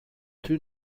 two